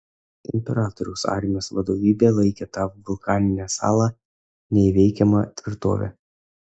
imperatoriaus armijos vadovybė laikė tą vulkaninę salą neįveikiama tvirtove